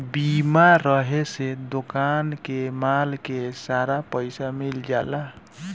बीमा रहे से दोकान के माल के सारा पइसा मिल जाला